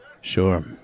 Sure